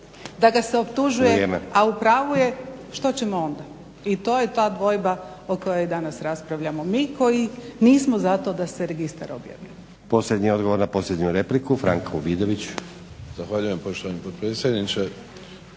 da ga se optužuje, a u pravu je. Što ćemo onda? I to je ta dvojba o kojoj danas raspravljamo. Mi koji nismo za to da se registar objavi. **Stazić, Nenad (SDP)** Posljednji odgovor na posljednju repliku Franko Vidović. **Vidović, Franko (SDP)** Zahvaljujem poštovani potpredsjedniče,